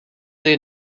they